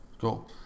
Cool